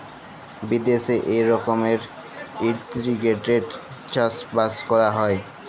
বিদ্যাশে ই রকমের ইলটিগ্রেটেড চাষ বাস ক্যরা হ্যয়